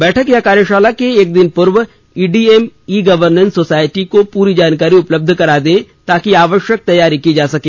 बैठक या कार्यशाला के एक दिन पूर्व ईडीएम ई गवर्नेंस सोसायटी को पूरी जानकारी उपलब्ध करा दें ताकि आवश्यक तैयारी की जा सके